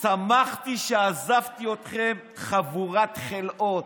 "שמחתי שעזבתי אתכם, חבורת חלאות".